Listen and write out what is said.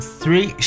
three